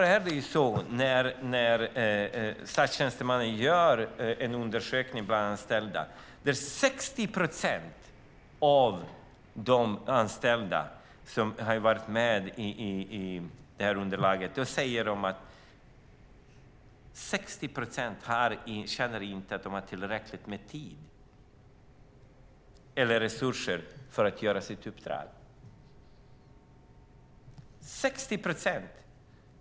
När Statstjänstemannen gör en undersökning bland anställda säger 60 procent som varit med i underlaget att de inte känner att de har tillräckligt med tid eller resurser för att göra sitt uppdrag. Det är 60 procent.